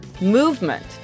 movement